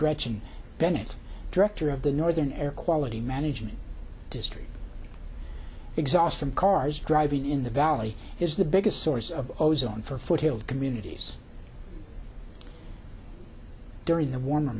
gretchen bennett director of the northern air quality management district exhaust from cars driving in the valley is the biggest source of those on for foothill communities during the warmer